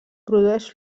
produeix